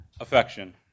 Affection